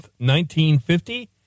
1950